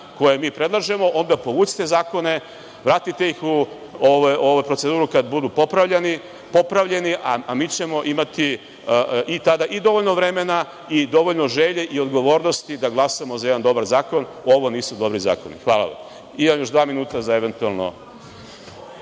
koje mi predlažemo, onda povucite zakone, vratite ih u proceduru kad budu popravljeni, a mi ćemo imati tada i dovoljno vremena i dovoljno želje i odgovornosti da glasamo za jedan dobar zakon. Ovo nisu dobri zakoni. Hvala vam. **Maja Gojković** Reč ima